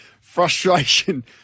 Frustration